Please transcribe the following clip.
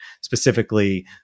Specifically